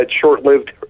short-lived